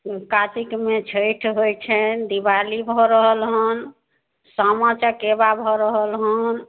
कातिकमे छठि होइ छनि दिवाली भऽ रहल हँ सामा चकेबा भऽ रहल हँ